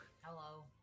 Hello